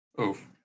Oof